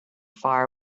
far